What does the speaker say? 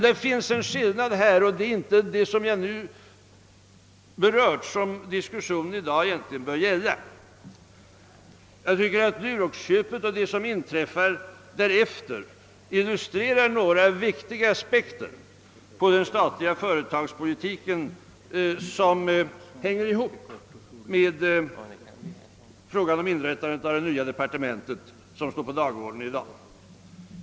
Det är inte det som diskussionen i dag egentligen bör gälla. Jag tycker att Duroxköpet och det som inträffat därefter illustrerar några viktiga aspekter på den statliga företagspolitiken. De hänger ihop med frågan om inrättandet av det nya departementet som står på dagordningen i dag.